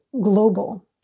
global